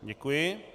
Děkuji.